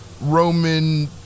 Roman